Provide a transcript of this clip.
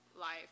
life